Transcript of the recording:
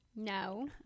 No